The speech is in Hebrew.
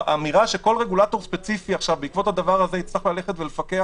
האמירה שכל רגולטור ספציפי עכשיו בעקבות הדבר הזה יצטרך ללכת ולפקח?